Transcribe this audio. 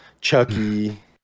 Chucky